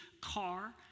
car